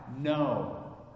no